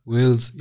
Wales